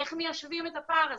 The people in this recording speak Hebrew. איך מיישבים את הפער הזה?